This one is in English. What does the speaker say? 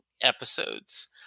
episodes